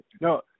No